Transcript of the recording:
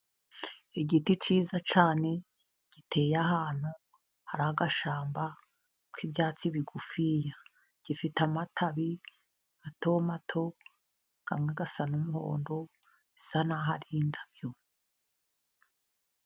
Igiti cyiza cyane giteye ahantu hari agashamba k'ibyatsi bigufi , gifite amatabi mato mato, amwe asa n'umuhondo bisa naho ari indabyo.